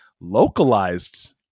localized